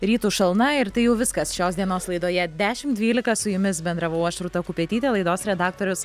rytu šalna ir tai jau viskas šios dienos laidoje dešim dvylika su jumis bendravau aš rūta kupetytė laidos redaktorius